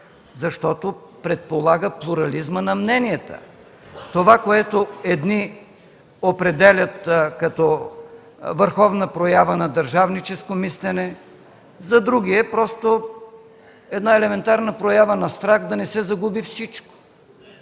защото предполага плурализъм на мненията. Това едни определят като върховна проява на държавническо мислене, а за други е елементарна проява на страх да не се загуби всичко.